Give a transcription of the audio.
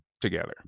together